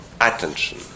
attention